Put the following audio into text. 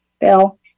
Bill